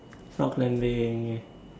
rock climbing